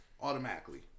automatically